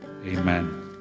amen